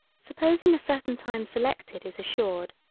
supposing a certain time selected is assured,